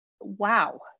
wow